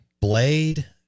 Blade